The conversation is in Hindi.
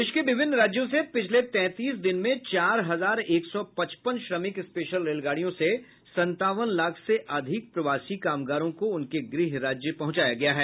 देश के विभिन्न राज्यों से पिछले तैंतीस दिन में चार हजार एक सौ पचपन श्रमिक स्पेशल रेलगाड़ियों से संतावन लाख से अधिक प्रवासी कामगारों को उनके गृह राज्य पहुंचाया गया है